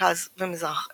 למרכז ומזרח אירופה.